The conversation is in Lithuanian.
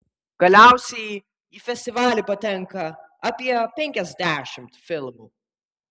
galiausiai į festivalį patenka apie penkiasdešimt filmų